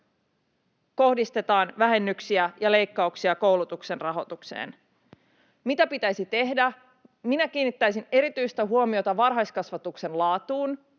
kohdistetaan vähennyksiä ja leikkauksia koulutuksen rahoitukseen. Mitä pitäisi tehdä? Minä kiinnittäisin erityistä huomiota varhaiskasvatuksen laatuun,